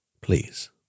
Please